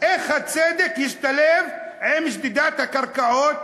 איך הצדק ישתלב עם שדידת הקרקעות,